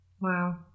Wow